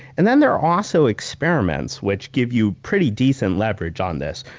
and then there are also experiments which give you pretty decent leverage on this,